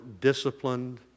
disciplined